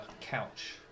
couch